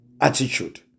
attitude